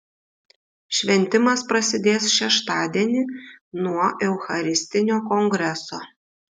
šventimas prasidės šeštadienį nuo eucharistinio kongreso